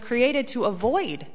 created to avoid